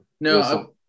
No